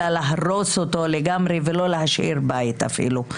אלא להרוס אותו לגמרי, ולא להשאיר בית אפילו.